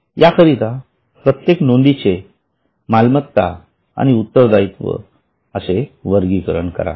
याकरिता प्रत्येक नोंदीचे मालमत्ता आणि उत्तरदायित्व असे वर्गीकरण करा